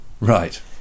Right